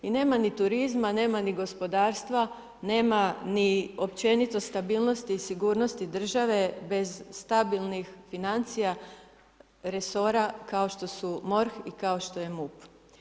I nema ni turizma, nema ni gospodarstva, nema ni općenito stabilnosti i sigurnosti države bez stabilnih financija resora kao što su MORH i kao što je MUP.